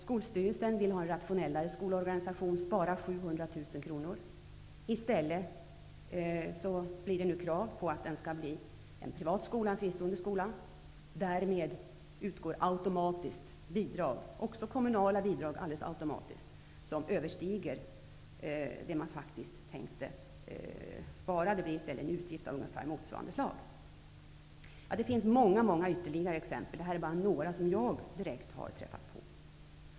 Skolstyrelsen vill ha en rationellare skolorganisation och spara 700 000 kr. I stället ställs krav på ombildning till en privat, fristående skola. Därmed utgår automatiskt bidrag, också kommunala bidrag, som överstiger det belopp som man faktiskt tänkt spara. I stället för att åstadkomma en besparing blir det alltså en utgift i ungefär motsvarande storleksordning. Många ytterligare exempel kan anföras. De jag här anfört är bara några som jag direkt har träffat på.